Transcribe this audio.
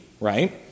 right